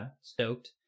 stoked